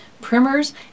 primers